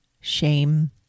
shame